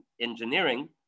engineering